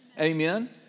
Amen